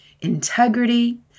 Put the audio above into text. integrity